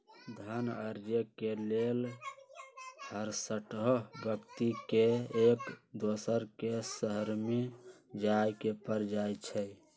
धन अरजे के लेल हरसठ्हो व्यक्ति के एक दोसर के शहरमें जाय के पर जाइ छइ